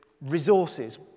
resources